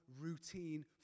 routine